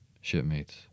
Shipmates